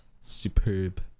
superb